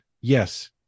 yes